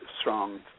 strong